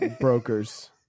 Brokers